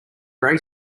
gray